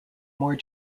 more